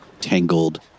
tangled